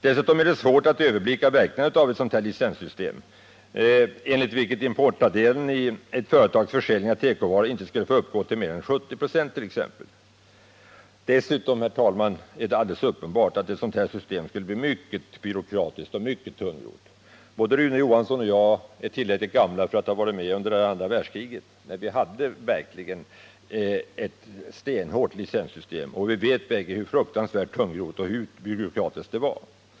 Dessutom är det svårt att överblicka verkningarna av ett sådant licenssystem enligt vilket importandelen av de tekovaror som ett företag säljer inte skulle få uppgå till mer än t.ex. 70 96. Vidare är det, herr talman, uppenbart att ett sådant system skulle bli mycket byråkratiskt och mycket tungrott. Både Rune Johansson och jag är tillräckligt gamla för att ha varit med under det andra världskriget. Då hade vi verkligen ett stenhårt licenssystem, och vi vet båda hur fruktansvärt tungrott och byråkratiskt det var.